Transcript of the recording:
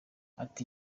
ati